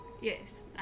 Yes